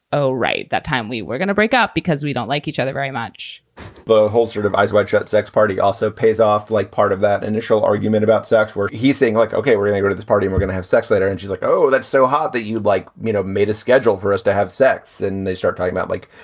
oh right. that time we were gonna break up because we don't like each other very much the whole sort of eyes wide shut. sex party also pays off like part of that initial argument about sex work. he's saying, like, ok, we're gonna go to this party, we're going to have sex later. and she's like, oh, that's so hard that you'd like, you know, made a schedule for us to have sex. and they start talking about, like,